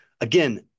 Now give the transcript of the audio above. again